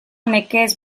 nekez